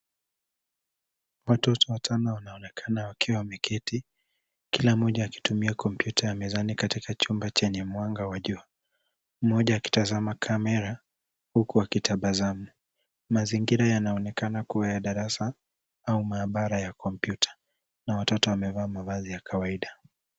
Watoto watano wanaonekana wakiwa wameketi kila mmoja akitumia kompyuta ya mezani katika chumba chenye mwanga wa jua, mmoja kitazama kamera huku akitabasamu. Mazingira yanaonekana kuwa ya darasa au maabara ya kompyuta na watoto wamevaa mavazi ya kawaida.